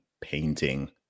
painting